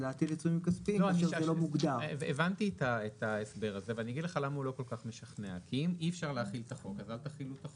והכול בנוגע למידע שמקורו בפרטי הלקוח,